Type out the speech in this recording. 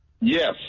Yes